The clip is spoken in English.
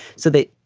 so that,